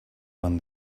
won